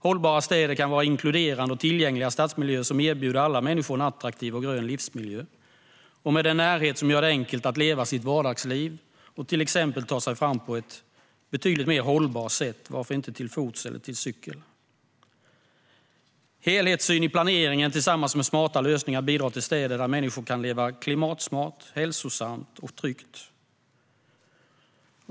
Hållbara städer kan vara inkluderande och tillgängliga stadsmiljöer som erbjuder alla människor en attraktiv och grön livsmiljö med en närhet som gör det enkelt att leva sitt vardagsliv och till exempel ta sig fram på ett betydligt mer hållbart sätt, varför inte till fots eller med cykel. Helhetssyn i planeringen tillsammans med smarta lösningar bidrar till städer där människor kan leva klimatsmart, hälsosamt och tryggt.